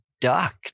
duck